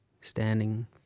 standing